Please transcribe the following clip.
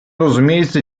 розуміється